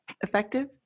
effective